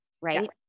right